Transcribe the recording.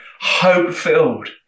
hope-filled